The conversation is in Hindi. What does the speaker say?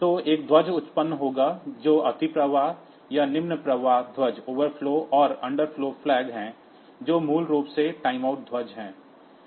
तो एक ध्वज उत्पन्न होगा जो ओवरफ्लो और अंडरफ्लो फ्लैग है जो मूल रूप से टाइमआउट ध्वज है